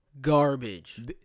garbage